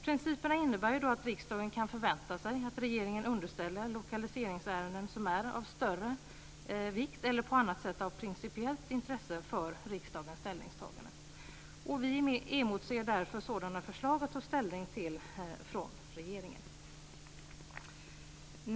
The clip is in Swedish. Principerna innebär att riksdagen kan förvänta sig att regeringen underställer riksdagen lokaliseringsärenden som är av större vikt eller på annat sätt av principiellt intresse för ställningstagande. Vi emotser därför sådana förslag att ta ställning till från regeringen.